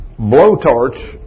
blowtorch